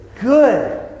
good